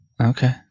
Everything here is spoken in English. Okay